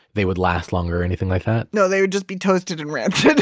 they would last longer or anything like that no, they would just be toasted and rancid